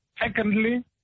Secondly